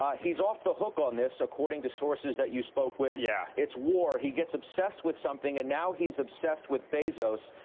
um he's off the hook on this. according to sources that you spoke with. yeah. it's war. he gets obsessed with something, and now he's obsessed with bezos.